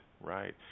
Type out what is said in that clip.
right